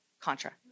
Contra